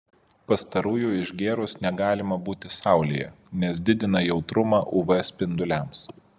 pastarųjų išgėrus negalima būti saulėje nes didina jautrumą uv spinduliams